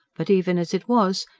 but even as it was,